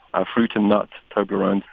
a fruit and nut toblerone,